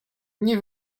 nie